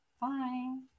Bye